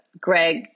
Greg